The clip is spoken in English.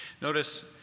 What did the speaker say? Notice